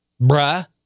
Bruh